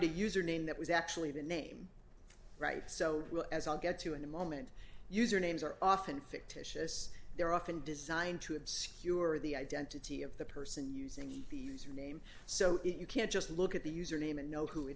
a username that was actually the name right so as i'll get to in a moment user names are often fictitious they're often designed to obscure the identity of the person using the username so you can't just look at the user name and know who it